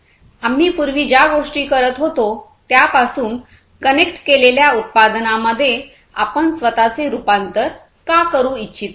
आम्ही पूर्वी ज्या गोष्टी करत होतो त्यापासून कनेक्ट केलेल्या उत्पादनांमध्ये आपण स्वतःचे रुपांतर का करू इच्छिता